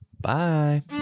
Bye